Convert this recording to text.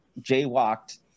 jaywalked